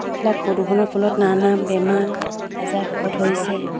এইবিলাক প্ৰদূষণৰ ফলত নানা বেমাৰ আজাৰ হ'ব হৈছে